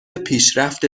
پیشرفت